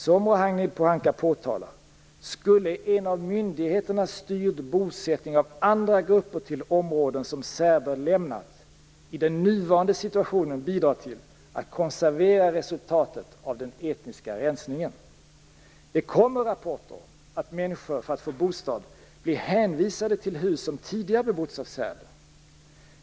Som Ragnhild Pohanka påtalar skulle en av myndigheterna styrd bosättning av andra grupper till områden som serber lämnat i den nuvarande situationen bidra till att konservera resultatet av den etniska rensningen. Det kommer rapporter om att människor för att få bostad blir hänvisade till hus som tidigare bebotts av serber.